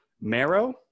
Marrow